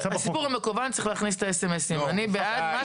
צריך להוציא את הדואר הרשום.